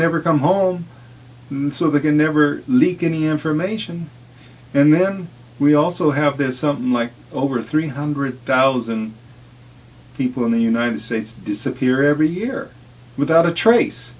never come home so they can never leak any information and then we also have this something like over three hundred thousand people in the united states disappear every year without a trace